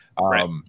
Right